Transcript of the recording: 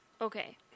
Okay